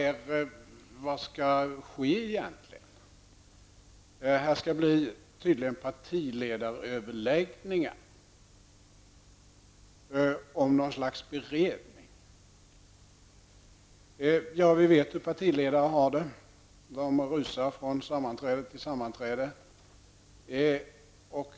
Vad kommer egentligen att ske? Det skall tydligen bli partiledaröverläggningar om något slags beredning. Vi vet hur partiledarna har det; de rusar från sammanträde till sammanträde.